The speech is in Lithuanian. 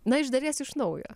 na iš dalies iš naujo